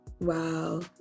Wow